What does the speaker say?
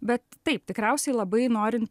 bet taip tikriausiai labai norin